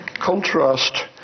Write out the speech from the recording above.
Contrast